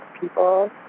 people